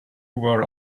were